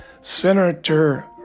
Senator